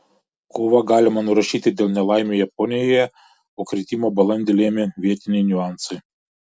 kovą galima nurašyti dėl nelaimių japonijoje o kritimą balandį lėmė vietiniai niuansai